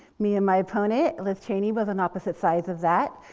me and my opponent, liz cheney, was on opposite sides of that.